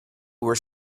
were